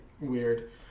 weird